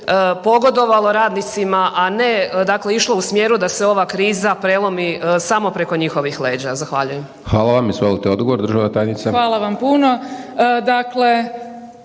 pogodovalo radnicima, a ne dakle išlo u smjeru da se ova kriza prelomi samo preko njihovih leđa. Zahvaljujem. **Hajdaš Dončić, Siniša (SDP)** Hvala vam. Izvolite